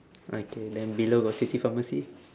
okay then below got city pharmacy